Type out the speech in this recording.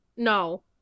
No